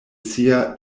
sia